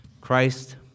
Christ